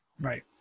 Right